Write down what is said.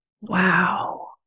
Wow